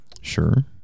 Sure